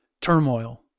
turmoil